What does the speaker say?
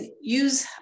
use